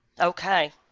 Okay